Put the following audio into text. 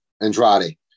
Andrade